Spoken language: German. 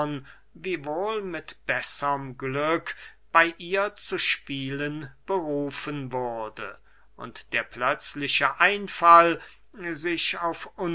bey ihr zu spielen berufen wurde und der plötzliche einfall sich auf